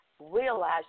realize